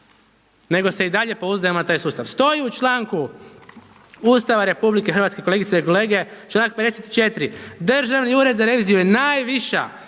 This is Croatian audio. nego se i dalje pouzdajemo u taj sustav. Stoji u članku Ustava RH, kolegice i kolege, članak 54. Državni ured za reviziju je najviša,